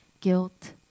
guilt